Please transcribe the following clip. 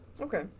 Okay